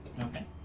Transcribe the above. Okay